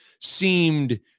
seemed